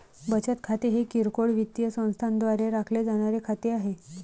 बचत खाते हे किरकोळ वित्तीय संस्थांद्वारे राखले जाणारे खाते आहे